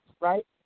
right